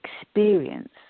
experience